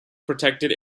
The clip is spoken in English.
protected